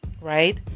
right